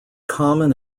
common